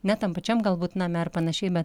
ne tam pačiam galbūt name ar panašiai bet